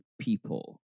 people